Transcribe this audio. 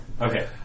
Okay